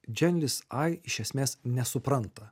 dženlis ai iš esmės nesupranta